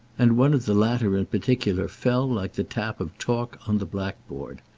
and one of the latter in particular fell like the tap of chalk on the blackboard.